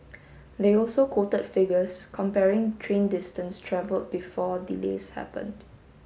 they also quoted figures comparing train distance travelled before delays happened